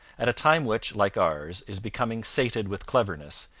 at a time which, like ours, is becoming sated with cleverness,